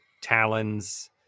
talons